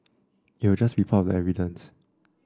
it will just be part of the evidence